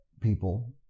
people